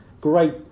great